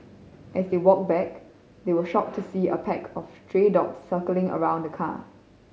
as they walked back they were shocked to see a pack of stray dog circling around the car